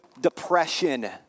depression